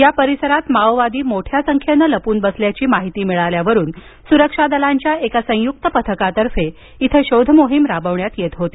या परिसरात माओवादी मोठ्या संख्येनं लपून बसल्याची माहिती मिळाल्यावरून सुरक्षा दलांच्या एका संयुक्त पथकातर्फे इथं शोधमोहीम राबविण्यात येत होती